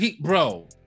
bro